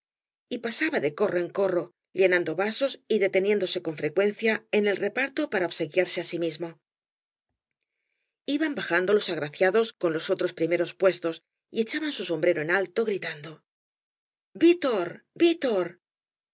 y pasaba de corro en corro llenando vasos y deteniéndose con frecuencia en el reparto para obsequiarse á sí mismo iban bajando los agraciados con los otros pri meros puestos y echaban su sombrero en alto gritando vítor vítor